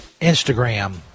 Instagram